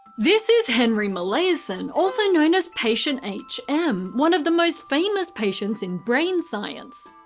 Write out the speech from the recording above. this is henry molaison, also known as patient h m, one of the most famous patients in brain science.